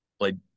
Played